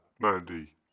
Mandy